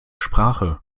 sprache